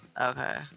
Okay